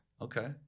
Okay